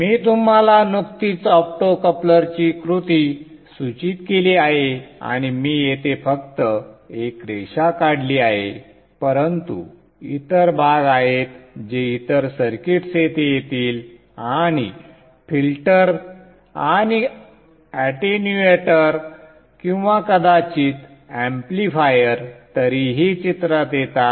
मी तुम्हाला नुकतीच ऑप्टोकपलर कृती सूचित केली आहे आणि मी येथे फक्त एक रेषा काढली आहे परंतु इतर भाग आहेत जे इतर सर्किट्स येथे येतील आणि संदर्भ वेळ 0947 फिल्टर आणि एटेन्युएटर किंवा कदाचित ऍम्प्लिफायर तरीही चित्रात येतात